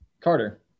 Carter